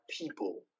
people